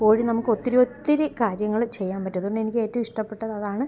കോഴി നമുക്ക് ഒത്തിരി ഒത്തിരി കാര്യങ്ങൾ ചെയ്യാം പറ്റും അതു കൊണ്ടെനിക്ക് ഏറ്റവും ഇഷ്ടപ്പെട്ടത് അതാണ്